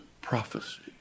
prophecy